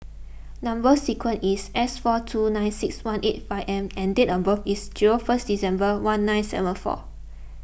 Number Sequence is S four two nine six one eight five M and date of birth is first December one nine seven four